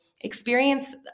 experience